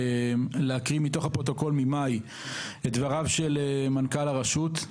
לקרוא מתוך הפרוטוקול ממאי את דבריו של מנכ"ל הרשות,